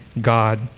God